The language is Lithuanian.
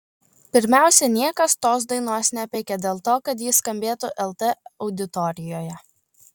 pirmiausia niekas tos dainos nepeikė dėl to kad ji skambėtų lt auditorijoje